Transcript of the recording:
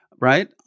Right